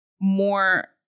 more